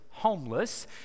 Homeless